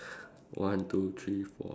one two three four